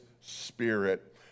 spirit